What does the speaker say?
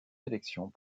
sélections